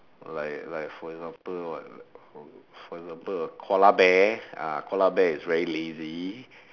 like like for example what for example a koala bear ah koala bear is very lazy